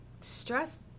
stress